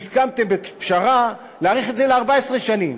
והסכמתם בפשרה להאריך את זה ל-14 שנים.